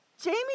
Jamie